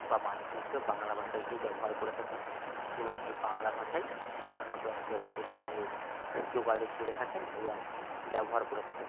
বা মাধ্যম হিসেবে বাংলা ভাষাকেই ব্যবহার করে থাকেন এবং এই বাংলা ভাষাই সাধারণত একে অপরের সঙ্গে যোগাযোগ করে থাকেন এবং ব্যবহার করে থাকেন